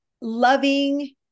loving